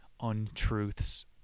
untruths